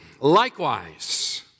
Likewise